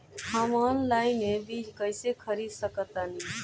हम ऑनलाइन बीज कईसे खरीद सकतानी?